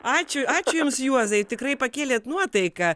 ačiū ačiū jums juozai tikrai pakėlėt nuotaiką